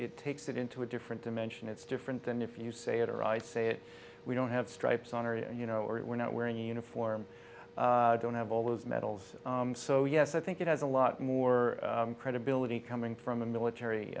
it takes it into a different dimension it's different than if you say it or i say it we don't have stripes on area you know it we're not wearing a uniform don't have all those medals so yes i think it has a lot more credibility coming from a military